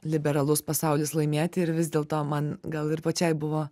liberalus pasaulis laimėti ir vis dėl to man gal ir pačiai buvo